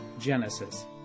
Genesis